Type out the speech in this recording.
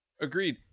Agreed